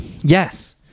Yes